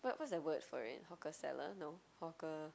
what what's that word for it hawker seller no hawker